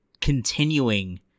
continuing